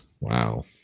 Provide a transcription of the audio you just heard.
Wow